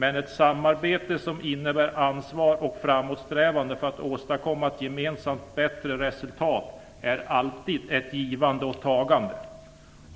Men ett samarbete som innebär ansvar och framåtsträvande för att åstadkomma ett gemensamt bättre resultat är alltid ett givande och tagande.